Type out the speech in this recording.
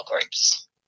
groups